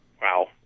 wow